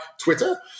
Twitter